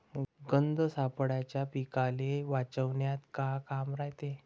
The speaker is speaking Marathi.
गंध सापळ्याचं पीकाले वाचवन्यात का काम रायते?